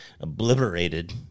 Obliterated